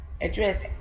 address